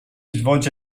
svolge